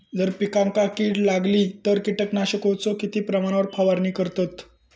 जर पिकांका कीड लागली तर कीटकनाशकाचो किती प्रमाणावर फवारणी करतत?